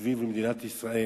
סביב מדינת ישראל,